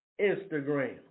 Instagram